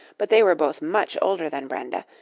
but they were both much older than brenda,